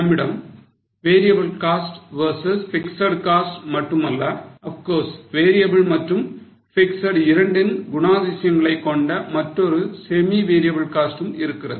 நம்மிடம் variable cost versus fixed costs மட்டுமல்ல of course variable மற்றும் fixed இரண்டின் குணாதிசயங்களைக் கொண்ட மற்றொரு semi variable cost ம் இருக்கிறது